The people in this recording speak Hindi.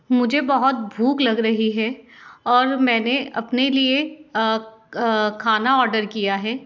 मुझे बहुत भूख लग रही है और मैंने अपने लिए खाना ऑर्डर किया है